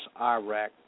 Iraq